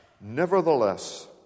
nevertheless